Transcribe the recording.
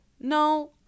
No